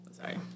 Sorry